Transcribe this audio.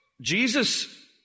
Jesus